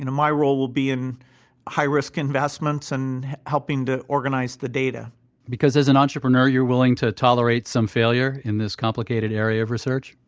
my role will be in high risk investments and helping to organize the data because as an entrepreneur you're willing to tolerate some failure in this complicated area of research?